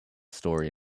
story